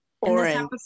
Orange